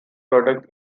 product